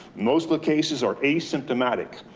most of the cases are asymptomatic,